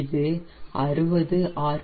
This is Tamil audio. இது 60 ஆர்